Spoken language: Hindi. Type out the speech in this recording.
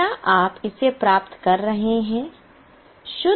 क्या आप इसे प्राप्त कर रहे हैं